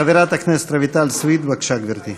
חברת הכנסת רויטל סויד, בבקשה, גברתי.